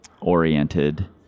oriented